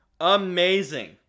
amazing